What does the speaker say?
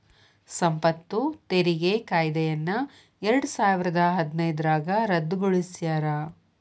ಸಂಪತ್ತು ತೆರಿಗೆ ಕಾಯ್ದೆಯನ್ನ ಎರಡಸಾವಿರದ ಹದಿನೈದ್ರಾಗ ರದ್ದುಗೊಳಿಸ್ಯಾರ